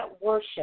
worship